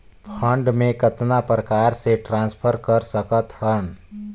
Fund मे कतना प्रकार से ट्रांसफर कर सकत हन?